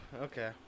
okay